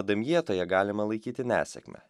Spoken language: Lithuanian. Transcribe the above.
damjetoje galima laikyti nesėkmę